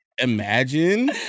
imagine